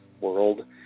world